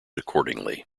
accordingly